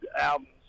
albums